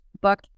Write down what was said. book